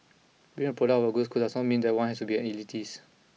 being a product of a good school does not mean that one has to be an elitist